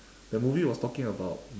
the movie was talking about